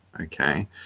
okay